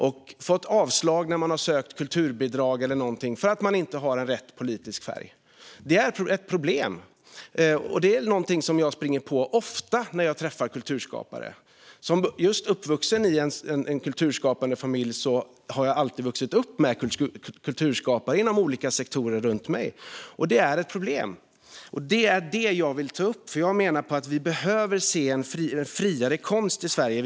Eftersom de inte hade rätt politisk färg fick de avslag när de sökte kulturbidrag och annat. Detta är ett problem som jag ofta springer på när jag träffar kulturskapare. Jag har vuxit upp med kulturskapare från olika sektorer runt mig. Vi behöver en friare konst i Sverige.